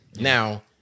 Now